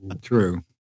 True